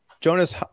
Jonas